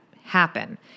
happen